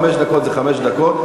חמש דקות זה חמש דקות.